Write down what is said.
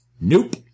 Nope